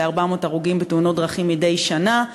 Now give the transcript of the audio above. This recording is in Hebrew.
ל-400 הרוגים בתאונות דרכים מדי שנה,